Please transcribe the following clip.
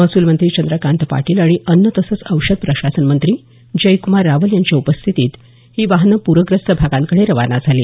महसूल मंत्री चंद्रकांत पाटील आणि अन्न तसंच औषध प्रशासन मंत्री जयक्रमार रावल यांच्या उपस्थितीत ही वाहनं प्रग्रस्त भागांकडे रवाना झाली